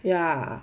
ya